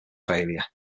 failure